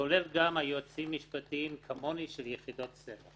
יועצים משפטיים כמוני של יחידות סמך,